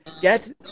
get